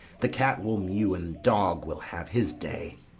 the cat will mew, and dog will have his day.